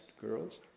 girls